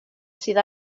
sydd